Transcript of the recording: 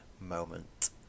moment